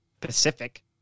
Pacific